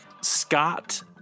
Scott